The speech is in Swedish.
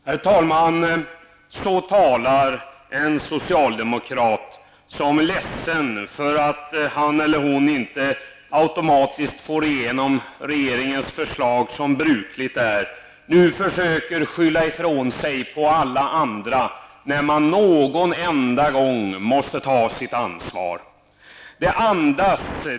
Herr talman! Så talar en socialdemokrat som är ledsen för att han eller hon inte automatiskt får igenom regeringens förslag som brukligt är. Man försöker skylla ifrån sig på alla andra, när man någon enda gång måste ta sitt ansvar.